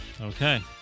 Okay